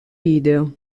video